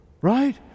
right